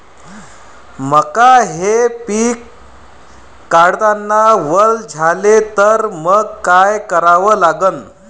मका हे पिक काढतांना वल झाले तर मंग काय करावं लागन?